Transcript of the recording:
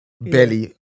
belly